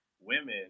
women